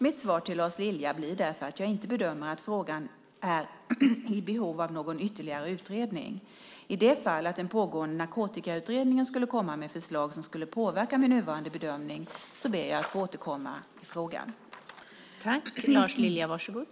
Mitt svar till Lars Lilja blir därför att jag inte bedömer att frågan är i behov av någon ytterligare utredning. I det fall att den pågående Narkotikautredningen skulle komma med förslag som skulle påverka min nuvarande bedömning ber jag att få återkomma i frågan.